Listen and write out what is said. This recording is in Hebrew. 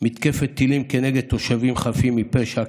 מתקפת טילים כנגד תושבים חפים מפשע,